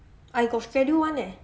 I got schedule [one] eh